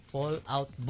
Fallout